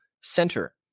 center